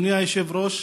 אדוני היושב-ראש,